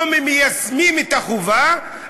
לא מיישמים את החובה,